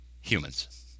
humans